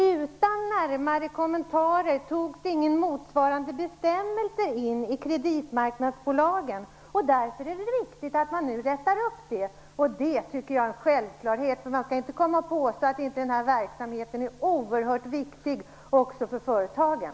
Utan närmare kommentarer togs ingen motsvarande bestämmelse in i kreditmarknadsbolagslagen. Därför är det viktigt att detta rättas till. Det är en självklarhet. Man skall inte komma och påstå att inte den här verksamheten är oerhört viktig också för företagen.